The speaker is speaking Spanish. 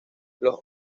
los